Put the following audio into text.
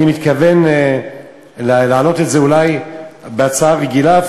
ואני מתכוון להעלות את זה אולי בהצעה רגילה,